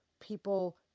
people